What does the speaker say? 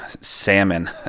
salmon